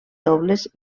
dobles